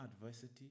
adversity